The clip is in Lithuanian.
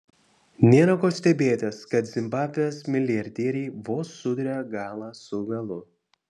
nėra ko stebėtis kad zimbabvės milijardieriai vos suduria galą su galu